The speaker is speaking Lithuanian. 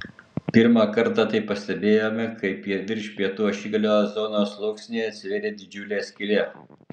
pirmą kartą tai pastebėjome kai virš pietų ašigalio ozono sluoksnyje atsivėrė didžiulė skylė